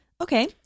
Okay